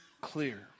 clear